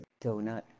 Donut